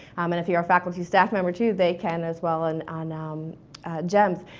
um and if you're a faculty staff member too, they can as well and on um ah gems.